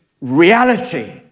reality